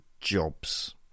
jobs